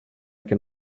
can